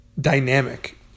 dynamic